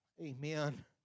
Amen